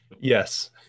Yes